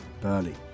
Burley